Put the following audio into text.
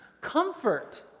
comfort